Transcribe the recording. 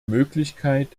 möglichkeit